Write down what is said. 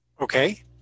Okay